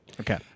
Okay